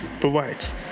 provides